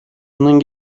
bunun